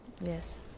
Yes